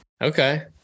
Okay